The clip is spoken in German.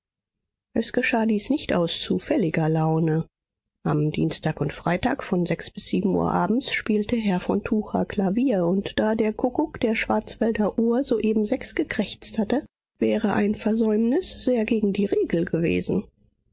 es geschah dies nicht aus zufälliger laune am dienstag und freitag von sechs bis sieben uhr abends spielte herr von tucher klavier und da der kuckuck der schwarzwälderuhr soeben sechs gekrächzt hatte wäre eine versäumnis sehr gegen die regel gewesen